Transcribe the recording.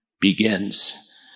begins